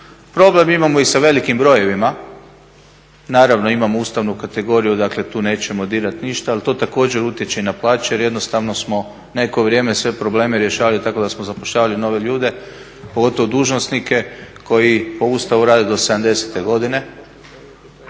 problem imamo i sa velikim brojevima, naravno imamo ustavnu kategoriju tu nećemo dirati ništa, ali to također utječe i na plaće jer jednostavno smo neko vrijeme sve probleme rješavali tako da smo zapošljavali nove ljude, pogotovo dužnosnike koji po Ustavu rade do 70.godine,